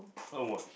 oh what